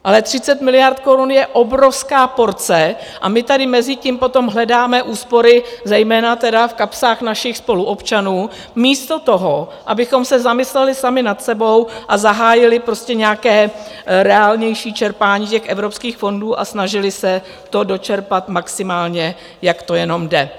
Ale 30 miliard korun je obrovská porce, a my tady mezitím potom hledáme úspory, zejména tedy v kapsách našich spoluobčanů, místo toho, abychom se zamysleli sami nad sebou a zahájili nějaké reálnější čerpání těch evropských fondů a snažili se to dočerpat maximálně, jak to jenom jde.